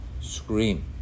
scream